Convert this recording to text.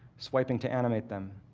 swiping to animate them,